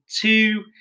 two